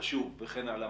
חשוב וכן הלאה.